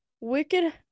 wicked